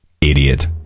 Idiot